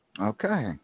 Okay